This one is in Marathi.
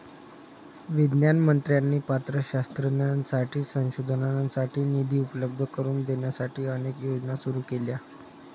विज्ञान मंत्र्यांनी पात्र शास्त्रज्ञांसाठी संशोधनासाठी निधी उपलब्ध करून देण्यासाठी अनेक योजना सुरू केल्या